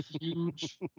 Huge